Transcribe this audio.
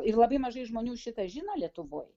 ir labai mažai žmonių šitą žino lietuvoj